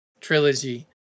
trilogy